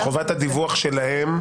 איפה קבועה חובת הדיווח שלהם?